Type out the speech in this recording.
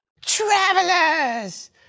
Travelers